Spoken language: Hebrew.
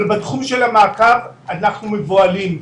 אבל בתחום של המעקב אנחנו מבוהלים.